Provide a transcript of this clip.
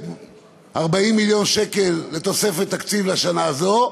40 מיליון שקל לתוספת תקציב לשנה הזאת,